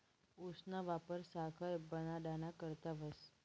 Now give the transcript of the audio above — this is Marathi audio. ऊसना वापर साखर बनाडाना करता व्हस